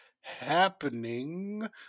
happening